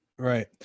Right